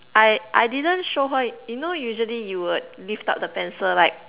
I I didn't show her you know usually you would lift up the pencil like